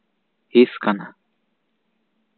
ᱦᱤᱸᱥ ᱠᱟᱱᱟ